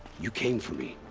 you came for me.